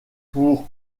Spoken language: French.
pour